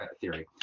theory